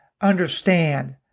understand